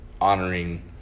honoring –